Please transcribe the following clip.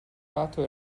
lato